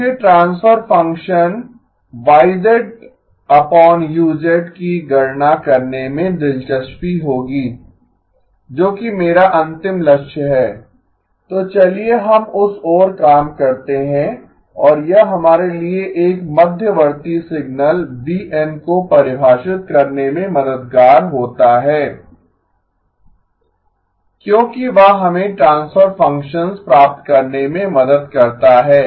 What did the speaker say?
मुझे transfer function की गणना करने में दिलचस्पी होगी जो कि मेरा अंतिम लक्ष्य है तो चलिए हम उस ओर काम करते हैं और यह हमारे लिए एक मध्यवर्ती सिग्नल v n को परिभाषित करने में मददगार होता है क्योंकि वह हमें ट्रांसफर फ़ंक्शंस प्राप्त करने में मदद करता है